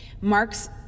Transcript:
Mark's